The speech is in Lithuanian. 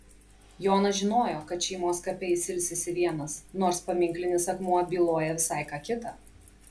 jonas žinojo kad šeimos kape jis ilsisi vienas nors paminklinis akmuo byloja visai ką kita